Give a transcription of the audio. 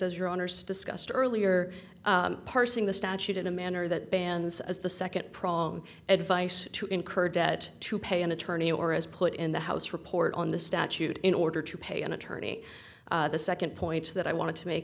as your honour's discussed earlier parsing the statute in a manner that bans as the second prong advice to incur debt to pay an attorney or is put in the house report on the statute in order to pay an attorney the second point that i want to make